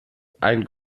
ein